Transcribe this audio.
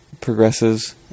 progresses